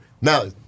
now